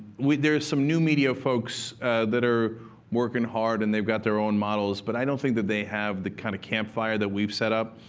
there are some new media folks that are working hard, and they've got their own models. but i don't think that they have the kind of camp fire that we've set up.